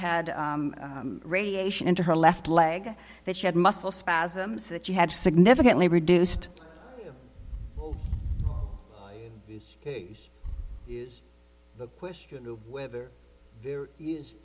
had radiation into her left leg that she had muscle spasms that you had significantly reduced his case is the question of whether there is